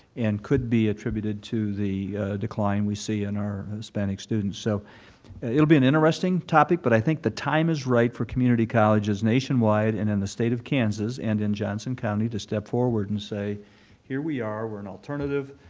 and could be attributed to the decline we see in our hispanic students. so it will be an interesting topic, but i think the time is right for community colleges nationwide and in the state of kansas and in johnson county to step forward and say here we are, we're an alternative,